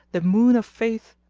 the moon of faith,